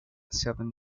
southern